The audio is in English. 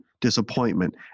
disappointment